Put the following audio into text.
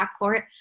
backcourt